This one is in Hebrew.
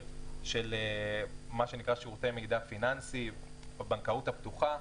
של מה שנקרא "שירותי מידע פיננסי" או הבנקאות הפתוחה,